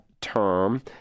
term